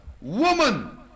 woman